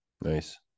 Nice